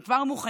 הם כבר מוכנים